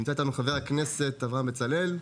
נמצא איתנו חבר הכנסת אברהם בצלאל.